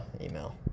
email